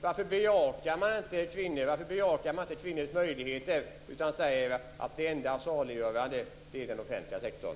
Varför bejakar man inte kvinnors möjligheter utan säger att det enda saliggörande är den offentliga sektorn?